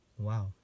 Wow